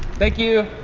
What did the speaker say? thank you.